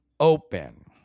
Open